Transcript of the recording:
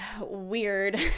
weird